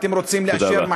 אתם רוצים לאשר,